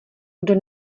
kdo